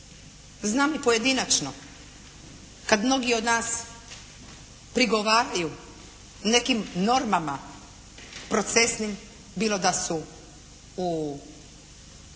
Znam i pojedinačno kad mnogi od nas prigovaraju nekim normama procesnim, bilo da su u